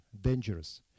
dangerous